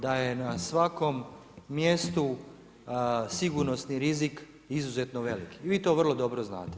Da je na svakom mjestu sigurnosni rizik izuzetno velik i vi to vrlo dobro znate.